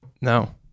No